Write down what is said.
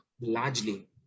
largely